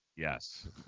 Yes